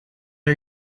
her